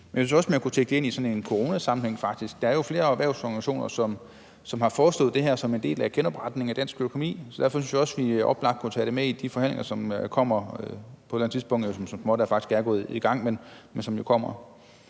synes faktisk også, man kunne tænke det ind i sådan en coronasammenhæng. Der er jo flere erhvervsorganisationer, som har foreslået det her som en del af genopretningen af dansk økonomi. Derfor synes jeg også, det er oplagt at tage med i de forhandlinger, som kommer på et eller andet tidspunkt – og som jo så småt faktisk er gået i gang. Finansieringen